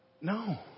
No